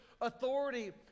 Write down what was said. Authority